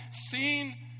seen